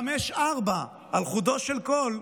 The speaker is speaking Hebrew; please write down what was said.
5:4, על חודו של קול.